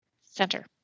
center